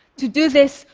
to do this,